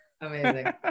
amazing